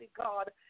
God